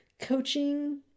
coaching